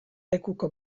lekuko